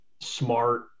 smart